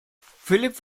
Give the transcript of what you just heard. philipp